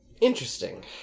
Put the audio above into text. Interesting